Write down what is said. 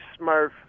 Smurf